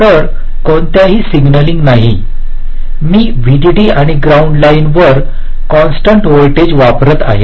तर कोणतेही सिग्नलिंग नाही मी व्हीडीडी आणि ग्राउंड लाइनवर कॉन्स्टंट व्होल्टेज वापरत आहे